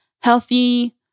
healthy